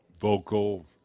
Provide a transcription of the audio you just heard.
vocal